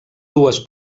dues